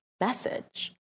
message